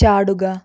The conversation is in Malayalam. ചാടുക